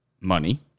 money